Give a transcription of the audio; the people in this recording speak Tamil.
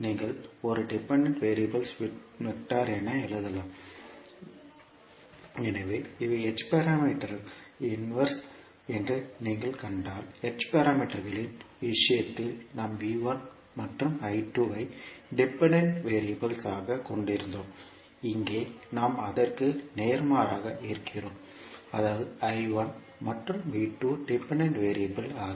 நீங்கள் ஒரு டிபெண்டன்ட் வெறியபிள் விட்டார் என எழுதலாம் எனவே இவை h பாராமீட்டர்களின் இன்வர்ஸ் என்று நீங்கள் கண்டால் h பாராமீட்டர்களின் விஷயத்தில் நாம் மற்றும் ஐ டிபெண்டன்ட் வெறியபிள் ஆக கொண்டிருந்தோம் இங்கே நாம் அதற்கு நேர்மாறாக இருக்கிறோம் அதாவது மற்றும் டிபெண்டன்ட் வெறியபிள் ஆக